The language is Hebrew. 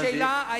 השאלה היא,